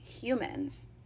humans